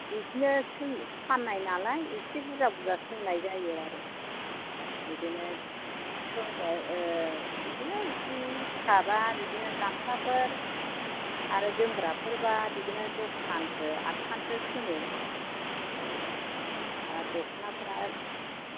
बिदिनो फानो नालाय एसे बुरजा बुरजा सोंनाय जायो बिदिनो सोंबा बिदिनो सि थाबा बिदिनो गामसाफोर आरो जोमग्राफोरबा बिदिनो दस खानसो आद खानसो सोङो औ आरो दख'नाफोरा